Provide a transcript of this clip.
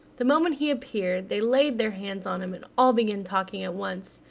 the moment he appeared, they laid their hands on him, and all began talking at once,